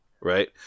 right